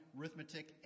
arithmetic